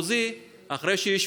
אדוני.